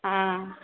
हँ